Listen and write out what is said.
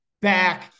back